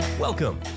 Welcome